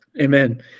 Amen